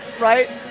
right